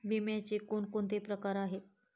विम्याचे कोणकोणते प्रकार आहेत?